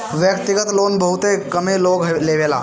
व्यक्तिगत लोन बहुत कमे लोग लेवेला